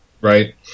right